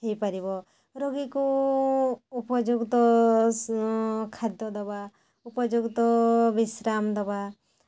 ହୋଇପାରିବ ରୋଗୀକୁ ଉପଯୁକ୍ତ ଖାଦ୍ୟ ଦେବା ଉପଯୁକ୍ତ ବିଶ୍ରାମ ଦେବା